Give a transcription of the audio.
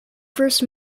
first